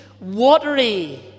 watery